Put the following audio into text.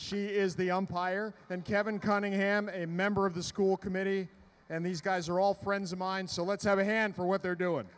she is the umpire and kevin cunningham a member of the school committee and these guys are all friends of mine so let's have a hand for what they're doing